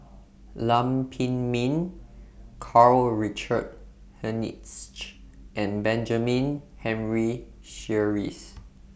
Lam Pin Min Karl Richard Hanitsch and Benjamin Henry Sheares